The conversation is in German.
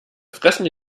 fressen